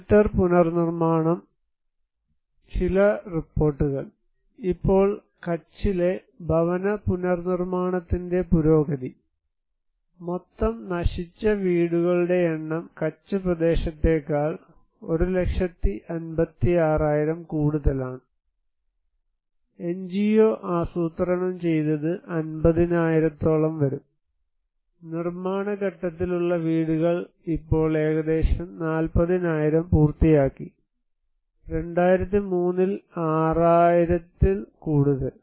shelter പുനർനിർമ്മാണം ചില റിപ്പോർട്ടുകൾ ഇപ്പോൾ കച്ചിലെ ഭവന പുനർനിർമ്മാണത്തിന്റെ പുരോഗതി മൊത്തം നശിച്ച വീടുകളുടെ എണ്ണം കച്ച് പ്രദേശത്തേക്കാൾ 156000 കൂടുതലാണ് എൻജിഒ ആസൂത്രണം ചെയ്തത് 50000 ത്തോളം വരും നിർമ്മാണ ഘട്ടത്തിലുള്ള വീട് ഇപ്പോൾ ഏകദേശം 40000 പൂർത്തിയാക്കി 2003 ൽ 6000 ൽ കൂടുതൽ